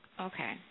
Okay